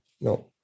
no